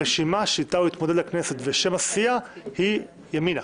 הרשימה שאתה הוא התמודד לכנסת ושם הסיעה הוא ימינה.